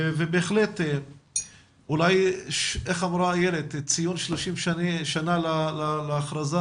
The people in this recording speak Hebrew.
כפי שאיילת אמרה שבציון 30 שנים להכרזה